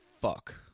fuck